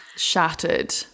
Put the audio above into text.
Shattered